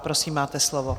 Prosím, máte slovo.